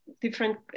different